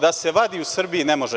Da se vadi u Srbiji ne može.